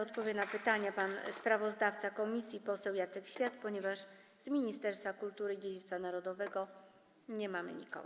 Odpowie na pytania sprawozdawca komisji pan poseł Jacek Świat, ponieważ z Ministerstwa Kultury i Dziedzictwa Narodowego nie mamy nikogo.